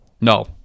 No